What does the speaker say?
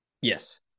yes